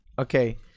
Okay